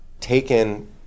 taken